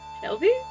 Shelby